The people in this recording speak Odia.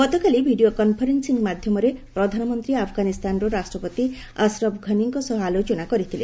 ଗତକାଲି ଭିଡ଼ିଓ କନ୍ଫରେନ୍ ି ମାଧ୍ୟମରେ ପ୍ରଧାନମନ୍ତ୍ରୀ ଆଫଗାନି ସ୍ଥାନର ରାଷ୍ଟ୍ରପତି ଆଶରଫ ଘନିଙ୍କ ସହ ଆଲୋଚନା କରିଥିଲେ